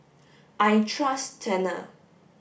I trust Tena